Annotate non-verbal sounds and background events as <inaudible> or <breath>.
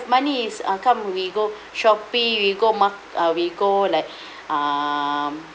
money ah come we go <breath> shopping we go mak~ uh we go like <breath> um